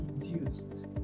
induced